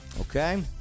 Okay